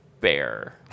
bear